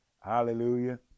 Hallelujah